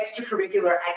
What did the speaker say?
extracurricular